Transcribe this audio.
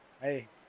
Hey